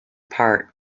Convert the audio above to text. part